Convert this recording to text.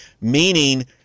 meaning